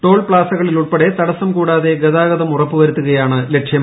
toll പ്പാസകളിലുൾപ്പെടെ തടസ്സം കൂടാതെ ഗതാഗതം ഉറപ്പുവരുത്തുകയാണ് ലക്ഷ്യം